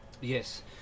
Yes